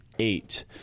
eight